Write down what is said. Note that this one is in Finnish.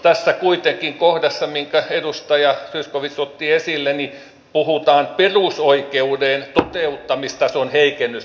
tässä kohdassa kuitenkin minkä edustaja zyskowicz otti esille puhutaan perusoikeuden toteuttamistason heikennyksestä